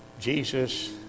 Jesus